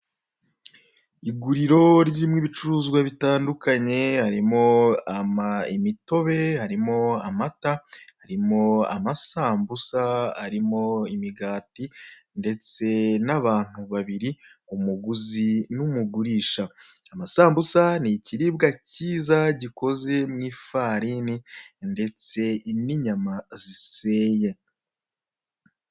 Iguriro ririmo ibicuruzwa bitandukanye, harimo imitobe, harimo amata, harimo amasambusa arimo imigati ndetse n'abantu babiri, umuguzi n'umugurisha. Amasambusa ni ikiribwa cyiza gikoze mu ifarini ndetse n'inyama ziseye.